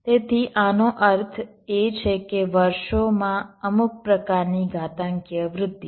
તેથી આનો અર્થ એ છે કે વર્ષોમાં અમુક પ્રકારની ઘાતાંકીય વૃદ્ધિ